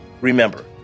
Remember